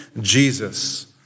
Jesus